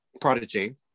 Prodigy